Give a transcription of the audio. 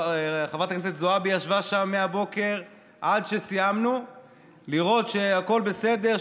חברת הכנסת זועבי ישבה שם מהבוקר עד שסיימנו לראות שהכול בסדר,